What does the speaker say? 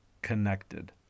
connected